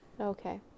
Okay